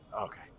Okay